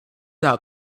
out